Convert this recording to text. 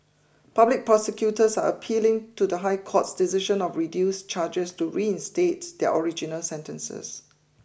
public prosecutors are appealing to the High Court's decision of reduced charges to reinstate their original sentences